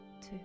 two